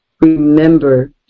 remember